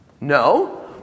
No